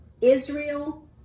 Israel